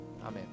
Amen